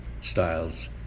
styles